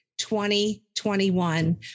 2021